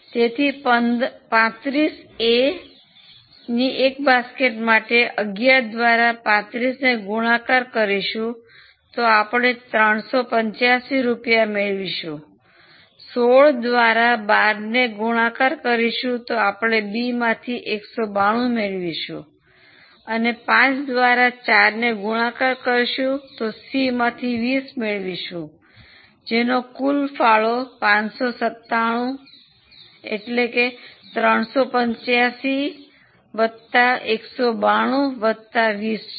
તેથી 35 એની 1 બાસ્કેટ માટે 11 દ્વારા 35 ને ગુણાકાર કરીશું તો આપણે 385 રૂપિયા મેળવીશું 16 દ્વારા 12 ને ગુણાકાર કરીશું તો આપણે બીમાંથી 192 મેળવીશું અને 5 દ્વારા 4 ને ગુણાકાર કરીશું તો સીમાંથી 20 મેળવીશું જેનો કૂલ ફાળો 597 38519220 છે